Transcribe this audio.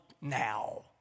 now